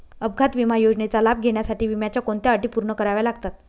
अपघात विमा योजनेचा लाभ घेण्यासाठी विम्याच्या कोणत्या अटी पूर्ण कराव्या लागतात?